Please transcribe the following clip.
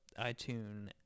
iTunes